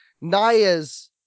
Naya's